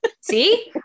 See